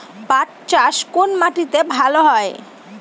পাট চাষ কোন মাটিতে ভালো হয়?